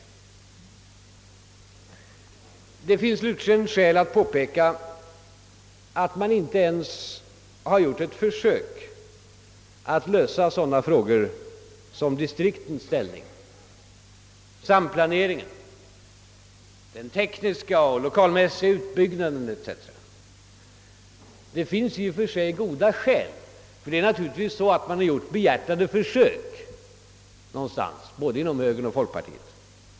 Slutligen finns det skäl att påpeka att man inte ens har gjort ett försök att lösa sådana frågor som samplanering, distriktens ställning, den tekniska och lokalmässiga utbyggnaden etc. Det finns i och för sig goda skäl, ty man har naturligtvis gjort behjärtade försök både inom högern och folkpartiet.